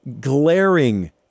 glaring